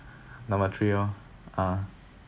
number three oh uh